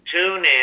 TuneIn